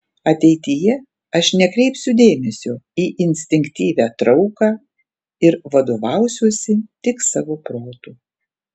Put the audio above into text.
ateityje aš nekreipsiu dėmesio į instinktyvią trauką ir vadovausiuosi tik savo protu